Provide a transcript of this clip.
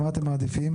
מה אתם מעדיפים?